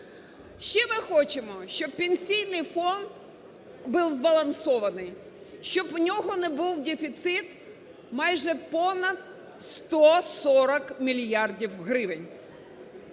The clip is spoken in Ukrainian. Ще ми хочемо, щоб Пенсійний фонд був збалансований, щоб в нього не був дефіцит майже в понад 140 мільярдів гривень.